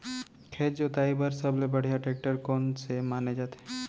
खेत जोताई बर सबले बढ़िया टेकटर कोन से माने जाथे?